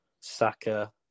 Saka